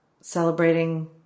celebrating